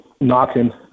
knocking